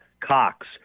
Cox